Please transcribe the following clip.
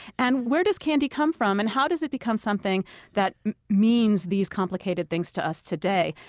and where does candy come from? and how does it become something that means these complicated things to us today?